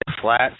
flat